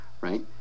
right